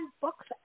books